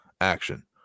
action